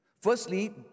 Firstly